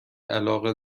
علاقه